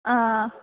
ആഹ്